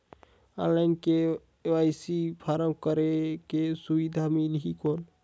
Online KYC form करेके सुविधा मिली कौन?